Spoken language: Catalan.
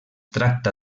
tracta